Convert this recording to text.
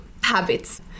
habits